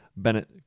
Bennett